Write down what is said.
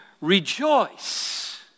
rejoice